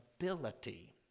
ability